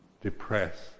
depressed